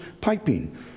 piping